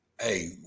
hey